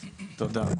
תודה.